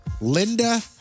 Linda